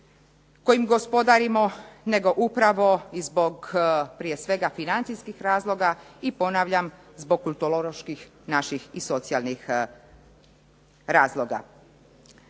kojim gospodarimo, nego upravo prije svega zbog financijskih razloga i ponavljam zbog kulturoloških naših i socijalnih razloga.